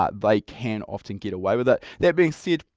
um they can often get away with it. that being said,